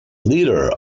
leader